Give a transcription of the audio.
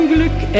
Glück